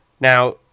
Now